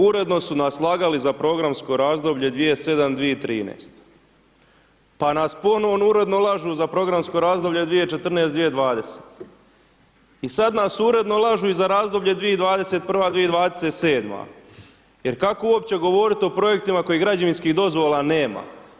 Uredno su nas lagali za programsko razdoblje 2007., 2013., pa nas ponovno uredno lažu za programsko razdoblje 2014., 2020. i sad nas uredno lažu i za razdoblje 2021., 2027. jer kako uopće govorit o projektima koji građevinskih dozvola nema.